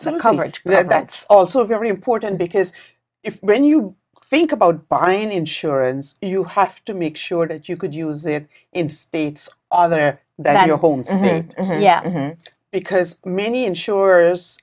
and coverage that's also very important because if when you think about buying insurance you have to make sure that you could use it in states other than your home because many insurers